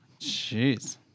Jeez